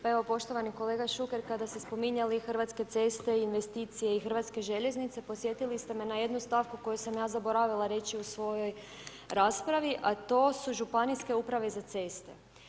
Pa evo, poštovani kolega Šuker kada ste spominjali Hrvatske ceste, investicije i HŽ, podsjetili ste me na jednu stavku koju sam ja zaboravila reći u svojoj raspravi, a to su Županijske uprave za ceste.